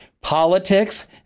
politics